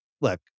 look